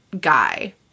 guy